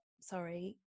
sorry